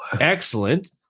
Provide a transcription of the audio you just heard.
excellent